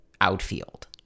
outfield